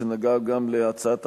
לקריאה ראשונה.